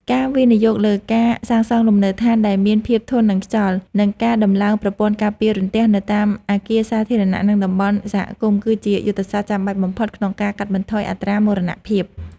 ការវិនិយោគលើការសាងសង់លំនៅដ្ឋានដែលមានភាពធន់នឹងខ្យល់ និងការដំឡើងប្រព័ន្ធការពាររន្ទះនៅតាមអគារសាធារណៈ និងតំបន់សហគមន៍ គឺជាយុទ្ធសាស្ត្រចាំបាច់បំផុតក្នុងការកាត់បន្ថយអត្រាមរណភាព។